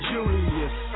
Julius